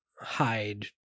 hide